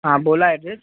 हां बोला ॲड्रेस